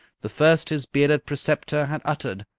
the first his bearded preceptor had uttered.